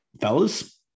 fellas